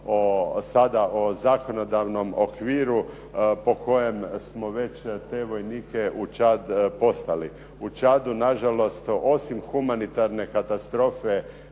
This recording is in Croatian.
sada o zakonodavnom okviru po kojem smo već te vojnike u Čad poslali. U Čadu nažalost osim humanitarne katastrofe